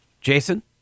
Jason